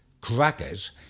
crackers